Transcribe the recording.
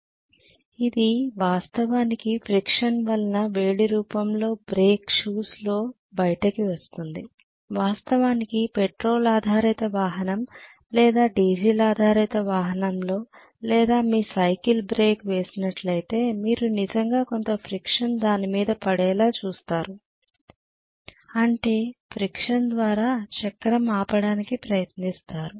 professor ఇది వాస్తవానికి friction వలన వేడి రూపంలో బ్రేక్ షూస్ లో బయటికి వస్తుంది వాస్తవానికి పెట్రోల్ ఆధారిత వాహనం లేదా డీజిల్ ఆధారిత వాహనంలో లేదా మీ సైకిల్ బ్రేక్ వేసినట్లయితే మీరు నిజంగా కొంత ఫ్రిక్షన్ దాని మీద పడేలా చూస్తారు అంటే ఫ్రిక్షన్ ద్వారా చక్రం ఆపడానికి ప్రయత్నిస్తారు